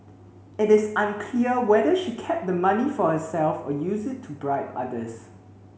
it is unclear whether she kept the money for herself or used it to bribe others